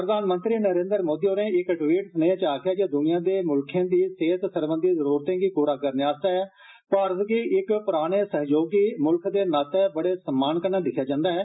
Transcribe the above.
प्रधानमंत्री नरेन्द्र मोदी होरे इक ट्वीट सनेह् च आक्खेआ ऐ जे दुनिया दे देसे दी सेहत सरबंधी जरुरतें गी पूरा करने आस्तै भारत गी इक पराने सहयोगी मुल्ख दे नाते बडे सम्मान कन्ने दिक्खेआ जन्दा ऐ